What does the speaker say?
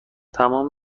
تمام